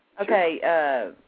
Okay